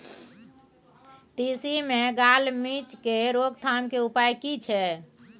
तिसी मे gall midge के रोकथाम के उपाय की छै?